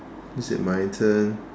is it my turn